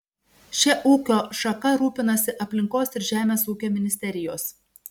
šia ūkio šaka rūpinasi aplinkos ir žemės ūkio ministerijos